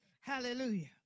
Hallelujah